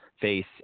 face